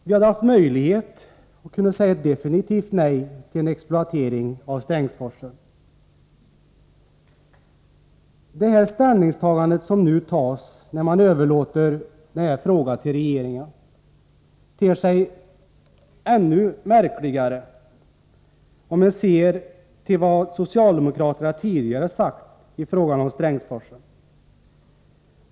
Vi hade kunnat säga ett definitivt nej till en exploatering av Strängsforsen. Det ställningstagande som innebär att man nu överlåter frågan till regeringen ter sig ännu märkligare mot bakgrund av vad man från socialdemokraternas sida tidigare sagt i frågan om Strängsforsen.